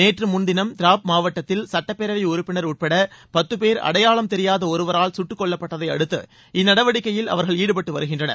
நேற்று முன்தினம் திராப் மாவட்டத்தில் சுட்டப்பேரவை உறுப்பினர் உட்பட பத்து பேர் அடையாளம் தெரியாத ஒருவரால் கட்டுக் கொல்லப்பட்டதை அடுத்து இந்நடவடிக்கையில் அவர்கள் ஈடுபட்டு வருகின்றனர்